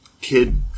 kid